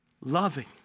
Loving